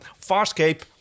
Farscape